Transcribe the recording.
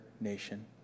nation